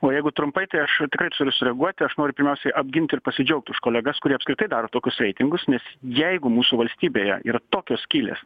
o jeigu trumpai tai aš tikrai turiu sureaguoti aš noriu pirmiausia apginti ir pasidžiaugti už kolegas kurie apskritai daro tokius reitingus nes jeigu mūsų valstybėje yra tokios skylės